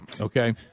okay